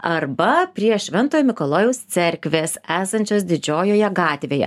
arba prie šventojo mikalojaus cerkvės esančios didžiojoje gatvėje